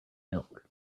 milk